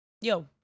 yo